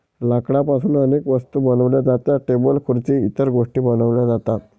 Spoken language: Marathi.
लाकडापासून अनेक वस्तू बनवल्या जातात, टेबल खुर्सी इतर गोष्टीं बनवल्या जातात